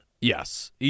Yes